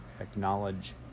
acknowledge